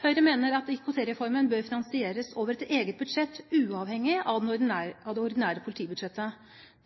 Høyre mener at IKT-reformen bør finansieres over et eget budsjett, uavhengig av det ordinære politibudsjettet.